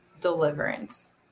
deliverance